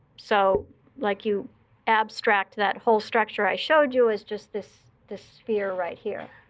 so like you abstract that whole structure i showed you is just this this sphere right here.